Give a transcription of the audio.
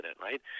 right